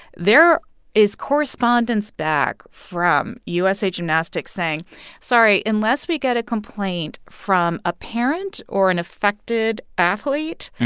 there is correspondence back from usa gymnastics saying sorry. unless we get a complaint from a parent or an affected athlete,